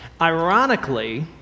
ironically